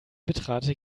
bitrate